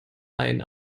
ein